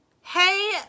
Hey